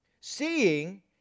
Seeing